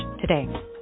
today